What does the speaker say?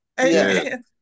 Amen